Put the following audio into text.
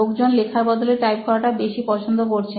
লোকজন লেখার বদলে টাইপ করাটা কি বেশি পছন্দ করছেন